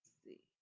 see